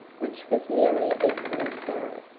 which was nearly equally so.